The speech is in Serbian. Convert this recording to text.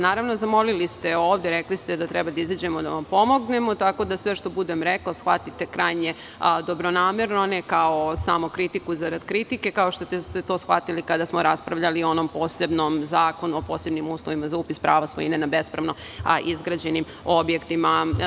Naravno, zamolili ste ovde, rekli ste da treba da izađemo i da vam pomognemo, pa sve što budem rekla, shvatite krajnje dobronamerno, a ne samo kao kritiku zarad kritike, kao što ste to shvatili kada smo raspravljali o onom posebnom Zakonu o posebnim uslovima za upis prava svojine na bespravno izgrađenim objektima.